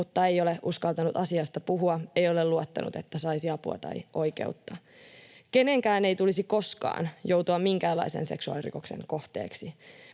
mutta ei ole uskaltanut asiasta puhua — ei ole luottanut, että saisi apua tai oikeutta. Kenenkään ei tulisi koskaan joutua minkäänlaisen seksuaalirikoksen kohteeksi.